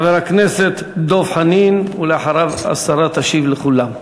חבר הכנסת דב חנין, ואחריו השרה תשיב לכולם.